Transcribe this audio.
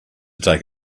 take